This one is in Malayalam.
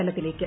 തലത്തിലേക്ക്